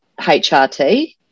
HRT